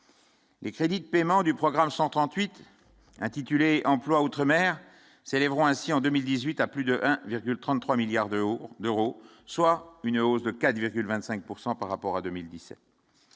Les crédits de paiement du programme 138 intitulé emploi outre-mer cérébraux, ainsi en 2018 à plus de 1,33 milliards d'euros d'euros, soit une hausse de 4,25 pourcent par rapport à 2017.